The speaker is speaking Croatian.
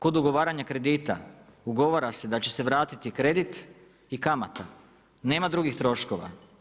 Kod ugovaranja kredita ugovara se da će se vratiti kredit i kamata, nema drugih troškova.